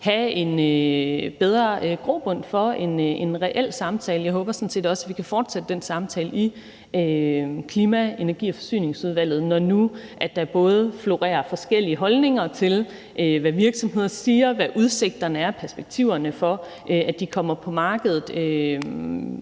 have en bedre grobund for en reel samtale. Jeg håber sådan set også, at vi kan fortsætte den samtale i Klima-, Energi- og Forsyningsudvalget, når nu der både florerer forskellige holdninger til, hvad virksomheder siger, og hvad udsigterne og perspektiverne er for, at de kommer på markedet.